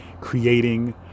creating